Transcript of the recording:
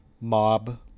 mob